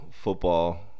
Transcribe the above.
Football